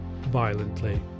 violently